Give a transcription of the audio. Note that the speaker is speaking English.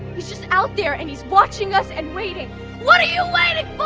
he's just out there and he's watching us and waiting what are you waiting